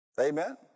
Amen